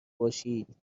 باشید